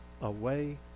away